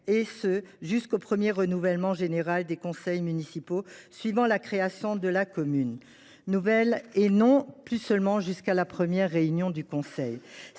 et ce jusqu’au premier renouvellement général des conseils municipaux suivant la création de la commune nouvelle et non plus seulement jusqu’à la première réunion du conseil.